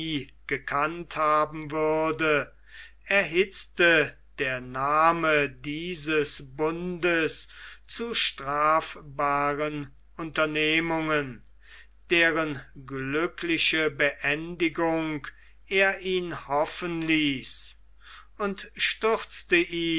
gekannt haben würde erhitzte der name dieses bundes zu strafbaren unternehmungen deren glückliche beendigung er ihn hoffen ließ und stürzte